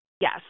Yes